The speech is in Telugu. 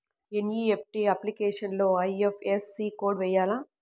ఎన్.ఈ.ఎఫ్.టీ అప్లికేషన్లో ఐ.ఎఫ్.ఎస్.సి కోడ్ వేయాలా?